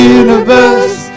universe